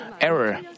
error